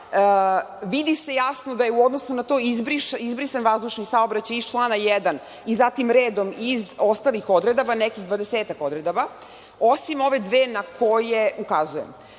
vidi se jasno da je u odnosu na to izbrisan vazdušni saobraćaj iz člana 1. i zatim redom iz ostalih odredaba, nekih dvadesetak odredaba, osim ove dve na koje ukazujem. Tabela